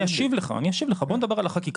אני אשיב לך, בוא נדבר על החקיקה,